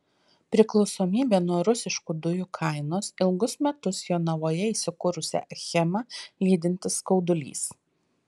priklausomybė nuo rusiškų dujų kainos ilgus metus jonavoje įsikūrusią achemą lydintis skaudulys